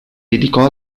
dedicò